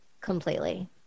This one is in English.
completely